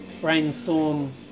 Brainstorm